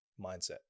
mindset